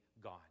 God